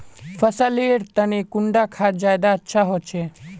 फसल लेर तने कुंडा खाद ज्यादा अच्छा होचे?